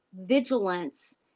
vigilance